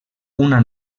una